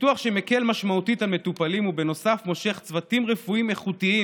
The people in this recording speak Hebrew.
פיתוח שמקל משמעותית על מטופלים ובנוסף מושך צוותים רפואיים איכותיים